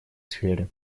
сфере